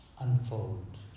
unfold